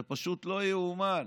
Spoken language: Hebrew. זה פשוט לא יאומן.